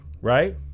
right